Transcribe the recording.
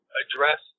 address